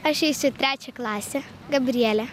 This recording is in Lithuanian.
aš eisiu į trečią klasę gabrielė